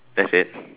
that's it